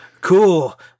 Cool